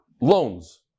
loans